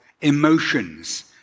emotions